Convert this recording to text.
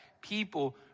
people